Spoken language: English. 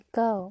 go